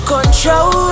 Control